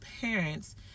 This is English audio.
parents